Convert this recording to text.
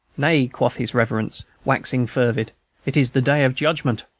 nay, quoth his reverence, waxing fervid it is the day of judgment